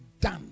done